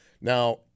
Now